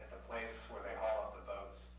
place where they haul out the boats,